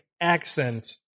accent